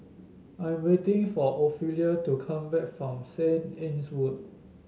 I am waiting for Ophelia to come back from Saint Anne's Wood